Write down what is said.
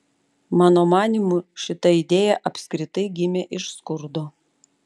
mano manymu šita idėja apskritai gimė iš skurdo